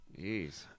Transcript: Jeez